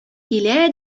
килә